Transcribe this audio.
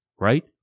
right